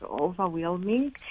overwhelming